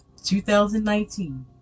2019